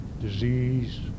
Disease